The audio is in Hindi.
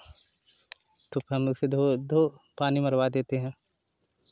तो काम वाली से धो धो पानी मरवा देते हैं